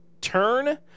turn